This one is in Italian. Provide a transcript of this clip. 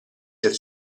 del